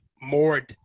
more